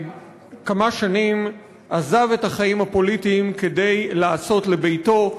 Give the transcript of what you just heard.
כמה שנים עזב את החיים הפוליטיים כדי לעשות לביתו,